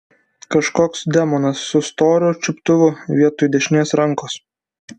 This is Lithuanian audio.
kažkoks demonas su storu čiuptuvu vietoj dešinės rankos